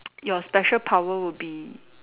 your special power would be